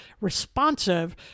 responsive